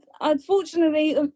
unfortunately